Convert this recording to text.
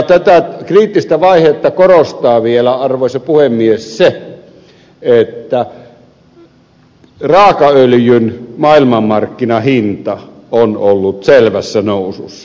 tätä kriittistä vaihetta korostaa vielä arvoisa puhemies se että raakaöljyn maailmanmarkkinahinta on ollut selvässä nousussa